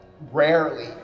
rarely